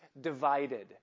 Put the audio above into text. divided